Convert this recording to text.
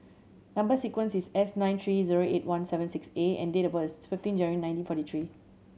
number sequence is S nine three zero eight one seven six A and date of birth is fifteen January nineteen forty three